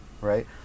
Right